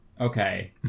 okay